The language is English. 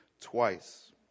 twice